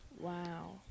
Wow